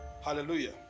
Hallelujah